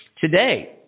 today